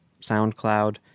SoundCloud